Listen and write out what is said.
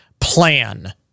plan